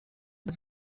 was